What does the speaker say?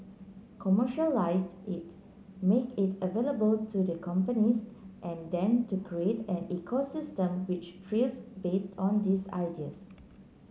commercialised it make it available to the companies and then to create an ecosystem which thrives based on these ideas